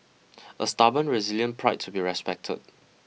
a stubborn resilient pride to be respected